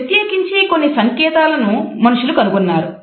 ప్రత్యేకించి కొన్ని సంకేతాలను మనుషులు కనుగొన్నారు